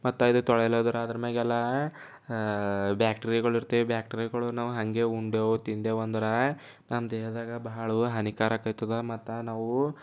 ಮತ್ತೆ ಇದು ತೊಳಿಯೊಲಾದರ ಅದರ ಮ್ಯಾಗೆಲ್ಲ ಬ್ಯಾಕ್ಟೀರಿಯಾಗಳು ಇರ್ತವೆ ಬ್ಯಾಕ್ಟೀರಿಯಗಳು ನಾವು ಹಾಗೆ ಉಂಡೆವು ತಿಂದೆವು ಅಂದ್ರೆ ನಮ್ಮ ದೇಹದಾಗ ಭಾಳವು ಹಾನಿಕಾರಕ ಆಯ್ತದ ಮತ್ತು ನಾವು